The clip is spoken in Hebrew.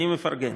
אני מפרגן.